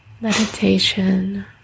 Meditation